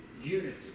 Unity